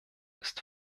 ist